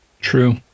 True